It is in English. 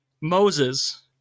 Moses